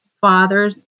father's